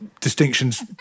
distinctions